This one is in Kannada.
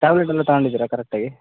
ಟ್ಯಾಬ್ಲೆಟ್ ಎಲ್ಲ ತೊಗೊಂಡಿದ್ದೀರಾ ಕರೆಕ್ಟ್ ಆಗಿ